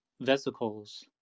Vesicles